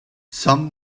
some